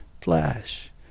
flash